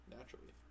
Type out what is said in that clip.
Naturally